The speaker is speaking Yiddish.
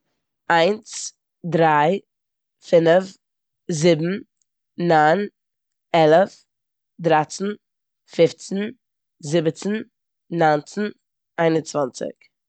איינס, דריי, פינף, זיבן, ניין, עלף, דרייצן, פופצן, זיבעצן, ניינצן, איין און צוואנציג.